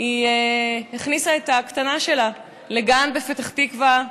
היא הכניסה את הקטנה שלה לגן בפתח תקווה.